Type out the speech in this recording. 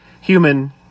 human